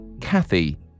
Kathy